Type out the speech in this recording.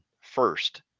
first